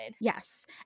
Yes